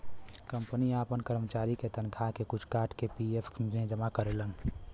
company आपन करमचारी के तनखा के कुछ काट के पी.एफ मे जमा करेलन